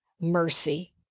mercy